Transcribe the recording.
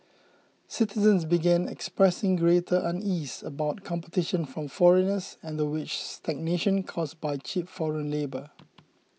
citizens began expressing greater unease about competition from foreigners and the wage stagnation caused by cheap foreign labour